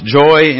joy